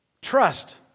Trust